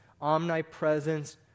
omnipresence